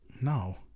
No